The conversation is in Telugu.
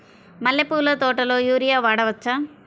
మల్లె పూల తోటలో యూరియా వాడవచ్చా?